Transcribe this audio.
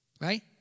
right